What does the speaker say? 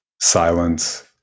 silence